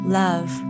love